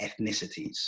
ethnicities